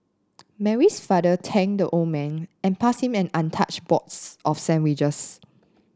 Mary's father thanked the old man and passed him an untouched box of sandwiches